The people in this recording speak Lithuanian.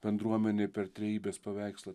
bendruomenei per trejybės paveikslą